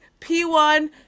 P1